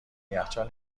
یخچال